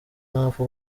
ntapfa